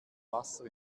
wasser